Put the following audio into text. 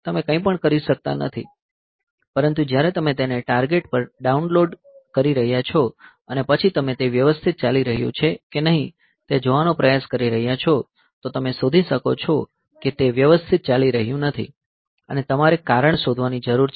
તમે કંઈપણ કરી શકતા નથી પરંતુ જ્યારે તમે તેને ટાર્ગેટ પર ડાઉનલોડ કરી રહ્યાં છો અને પછી તમે તે વ્યવસ્થિત ચાલી રહ્યું છે કે નહીં તે જોવાનો પ્રયાસ કરી રહ્યાં છો તો તમે શોધી શકો છો કે તે વ્યવસ્થિત ચાલી રહ્યું નથી અને તમારે કારણ શોધવાની જરૂર છે